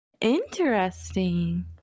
Interesting